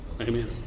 Amen